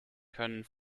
können